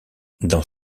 dans